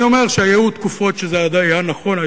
אני אומר שהיו תקופות שזה עוד היה נכון,